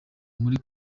muri